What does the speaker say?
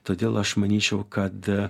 todėl aš manyčiau kad